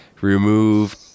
remove